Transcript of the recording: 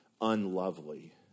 unlovely